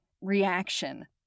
reaction